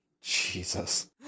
jesus